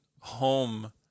home